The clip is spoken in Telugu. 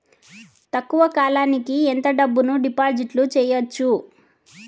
తక్కువ కాలానికి ఎంత డబ్బును డిపాజిట్లు చేయొచ్చు?